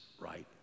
right